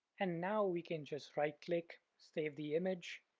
and now we can just right click save the image,